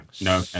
no